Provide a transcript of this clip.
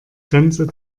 grenze